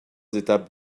étapes